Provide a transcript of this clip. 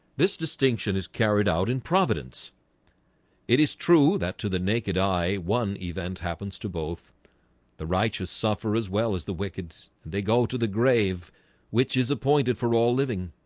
this distinction is carried out in providence it is true that to the naked eye one event happens to both the righteous suffer as well as the wicked's they go to the grave which is appointed for all living